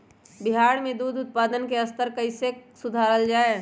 बिहार में दूध उत्पादन के स्तर कइसे सुधारल जाय